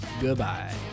goodbye